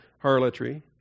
harlotry